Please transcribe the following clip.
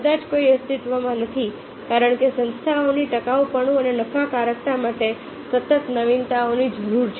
કદાચ કોઈ અસ્તિત્વમાં નથી કારણ કે સંસ્થાઓની ટકાઉપણું અને નફાકારકતા માટે સતત નવીનતાઓની જરૂર છે